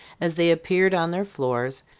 as they appeared on their floors,